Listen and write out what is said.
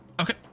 Okay